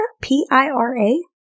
P-I-R-A